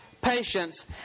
patience